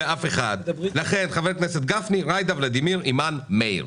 הסדר הוא: גפני, ג'ידא, ולדימיר, אימאן, מאיר.